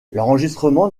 l’enregistrement